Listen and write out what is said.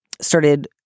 Started